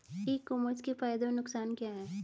ई commerce के फायदे और नुकसान क्या हैं?